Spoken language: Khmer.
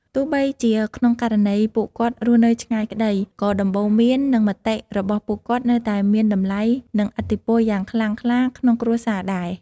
ទោះបីជាក្នុងករណីពួកគាត់រស់នៅឆ្ងាយក្ដី ក៏ដំបូន្មាន និងមតិរបស់ពួកគាត់នៅតែមានតម្លៃ និងឥទ្ធិពលយ៉ាងខ្លាំងខ្លាក្នុងគ្រួសារដែរ។